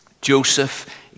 Joseph